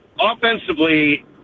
offensively